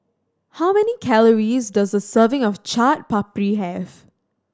how many calories does a serving of Chaat Papri have